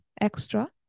extra